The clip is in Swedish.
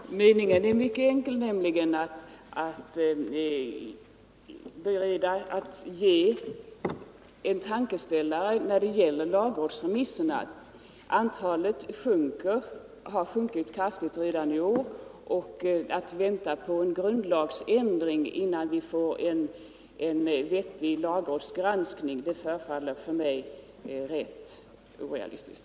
Herr talman! Meningen är mycket enkel, nämligen att ge en tankeställare när det gäller lagrådsremisserna. Antalet har sjunkit kraftigt redan i år, och att vänta på en grundlagsändring innan vi får en vettig lagrådsgranskning förefaller mig direkt olämpligt.